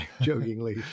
jokingly